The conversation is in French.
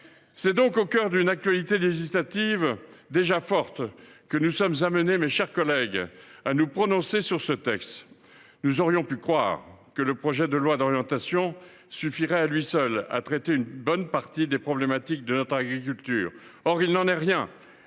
C’est donc au cœur d’une actualité législative déjà forte que nous sommes amenés, mes chers collègues, à nous prononcer sur ce texte. Nous aurions pu croire que le projet de loi d’orientation suffirait, à lui seul, à traiter une bonne partie des questions liées à notre agriculture ; or il n’en est rien.